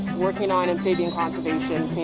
working on amphibian conservation